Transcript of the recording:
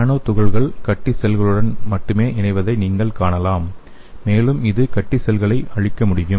நானோ துகள்கள் நுழைந்து கட்டி செல்களுடன் மட்டுமே இணைவதை நீங்கள் காணலாம் மேலும் இது கட்டி செல்களை அழிக்க முடியும்